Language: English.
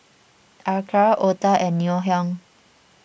Acar Otah and Ngoh Hiang